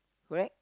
correct